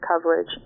coverage